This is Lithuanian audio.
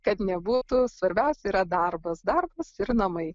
kad nebūtų svarbiausia yra darbas darbas ir namai